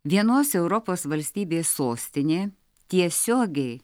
vienos europos valstybės sostinė tiesiogiai